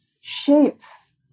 shapes